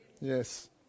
Yes